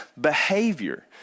behavior